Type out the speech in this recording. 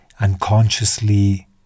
Unconsciously